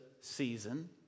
season